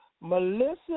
Melissa